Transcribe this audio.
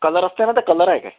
colour असतं ना ते कलर आहे काय